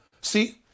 See